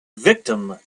victim